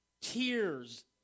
Tears